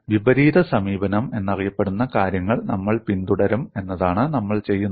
വിപരീത സമീപനം എന്നറിയപ്പെടുന്ന കാര്യങ്ങൾ നമ്മൾ പിന്തുടരും എന്നതാണ് നമ്മൾ ചെയ്യുന്നത്